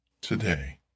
today